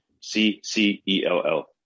C-C-E-L-L